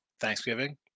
Thanksgiving